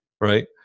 Right